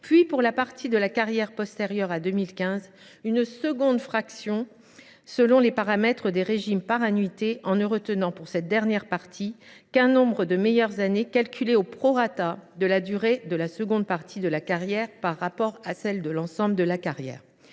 puis, pour la partie de la carrière postérieure à 2015, une seconde fraction selon les paramètres des régimes par annuité, en ne retenant, pour cette dernière partie, qu’un nombre de meilleures années calculé au prorata de la durée de la seconde partie de la carrière par rapport à celle de l’ensemble de la carrière.